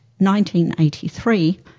1983